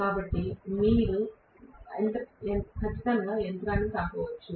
కాబట్టి మీరు ఖచ్చితంగా యంత్రాన్ని తాకవచ్చు